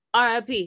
RIP